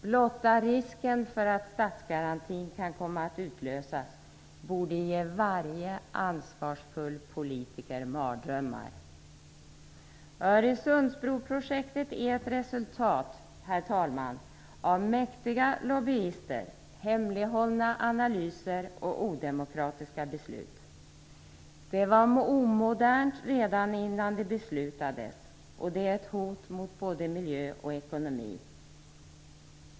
Blotta risken för att statsgarantin kan komma att utlösas borde ge varje ansvarsfull politiker mardrömmar. Herr talman! Öresundsbroprojektet är ett resultat av mäktiga lobbyister, hemlighållna analyser och odemokratiska beslut. Det var omodernt redan innan det beslutades, och det är ett hot mot både miljö och ekonomi.